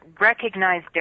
recognize